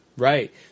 Right